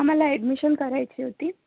आम्हाला ॲडमिशन करायची होती